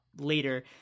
later